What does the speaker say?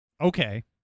Okay